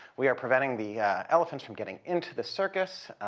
we are preventing the elephants from getting into the circus,